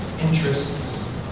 interests